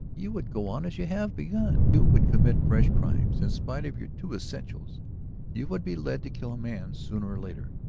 you would go on as you have begun you would commit fresh crimes. in spite of your two essentials you would be led to kill a man sooner or later.